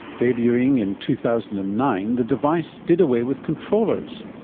debuting in two thousand and nine, the device did away with controllers.